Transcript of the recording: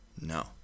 No